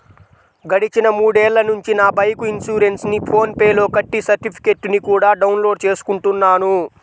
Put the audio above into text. గడిచిన మూడేళ్ళ నుంచి నా బైకు ఇన్సురెన్సుని ఫోన్ పే లో కట్టి సర్టిఫికెట్టుని కూడా డౌన్ లోడు చేసుకుంటున్నాను